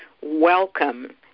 welcome